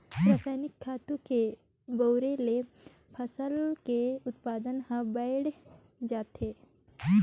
रसायनिक खातू के बउरे ले फसल के उत्पादन हर बायड़ जाथे